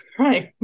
Right